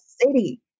city